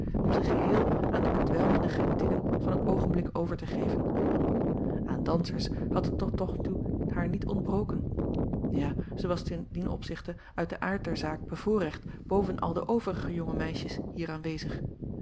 om zich geheel aan de bedwelmende genietingen van het oogenblik over te geven an dansers had het tot nog toe haar niet ontbroken ja zij was te dien opzichte uit den aard der zaak bevoorrecht boven al de overige jonge meisjes hier aanwezig